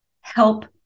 help